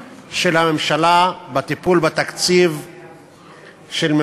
בדרך כלל הייתה לנו ביקורת חריפה מאוד על התקציבים שהונחו כאן,